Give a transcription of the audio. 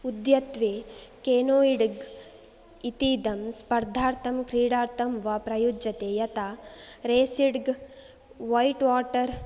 अद्यत्वे केनोयिड्ग् इतीदं स्पर्धार्थं क्रीडार्थं वा प्रयुज्यते यथा रेसिड्ग् वैट् वाटर्